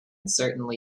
certainly